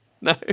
No